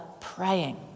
praying